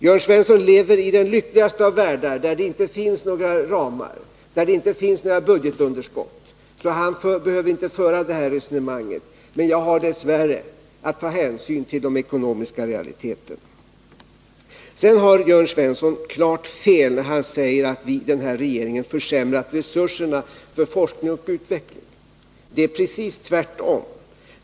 Jörn Svensson lever väl i den lyckligaste av världar, där det inte finns några ramar, där det inte finns några budgetunderskott, så han behöver inte föra detta resonemang. Men jag har dess värre att ta hänsyn till de ekonomiska realiteterna. Jörn Svensson har klart fel när han säger att denna regering har försämrat resurserna för forskning och utveckling. Det är precis tvärtom.